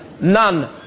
none